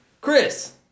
Chris